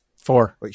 Four